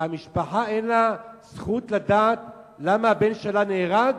המשפחה, אין לה זכות לדעת למה הבן שלה נהרג,